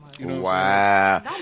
Wow